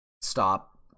stop